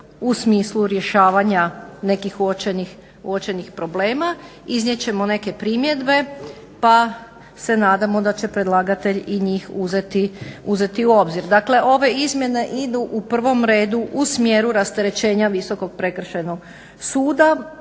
u smislu rješavanja nekih uočenih problema. Iznijet ćemo neke primjedbe pa se nadamo da će predlagatelj i njih uzeti u obzir. Dakle ove izmjene idu u prvom redu u smjeru rasterećenja Visokog prekršajnog suda,